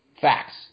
Facts